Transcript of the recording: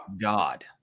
God